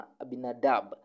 Abinadab